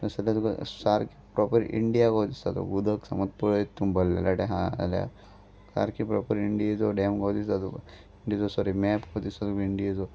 थंयसल्ल्यान तुका सारकें proper India कसो दिसतलो तुका उदक समज पळयत तूं भरलेलें आहा जाल्यार सारकें प्रोपर इंडियाचो डॅम कसो दिसता तुका तो इंडियाचो सॉरी मॅप कसो दिसता तुका इंडियेचो